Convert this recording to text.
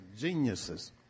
geniuses